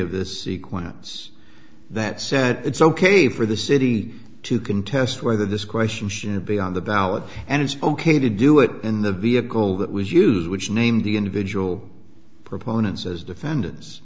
of this sequence that said it's ok for the city to contest whether this question should be on the ballot and it's ok to do it in the vehicle that was used which named the individual proponents as defendants